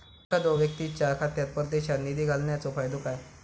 एखादो व्यक्तीच्या खात्यात परदेशात निधी घालन्याचो फायदो काय?